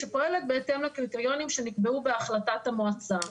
שפועלת בהתאם לקריטריונים שנקבעו בהחלטת המועצה.